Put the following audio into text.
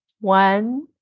one